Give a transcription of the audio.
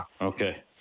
okay